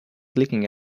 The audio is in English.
leaking